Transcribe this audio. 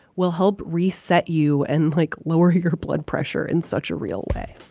will help reset you and, like, lower your blood pressure in such a real way